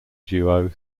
duo